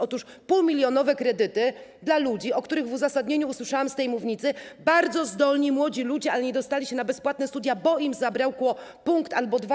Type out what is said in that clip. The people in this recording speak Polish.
Otóż półmilionowe kredyty dla ludzi, o których w uzasadnieniu usłyszałam z tej mównicy: bardzo zdolni, młodzi ludzie, ale nie dostali się na bezpłatne studia, bo im zabrakło punktu albo dwóch.